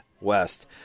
West